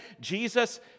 Jesus